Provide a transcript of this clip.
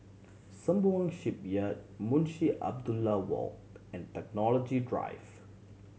Sembawang Shipyard Munshi Abdullah Walk and Technology Drive